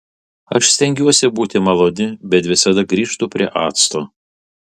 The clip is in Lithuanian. aš stengiuosi būti maloni bet visada grįžtu prie acto